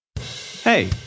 Hey